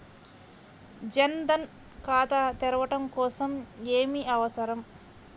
జన్ ధన్ ఖాతా తెరవడం కోసం ఏమి అవసరం?